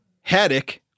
haddock